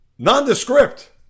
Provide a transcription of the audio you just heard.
nondescript